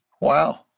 Wow